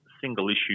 single-issue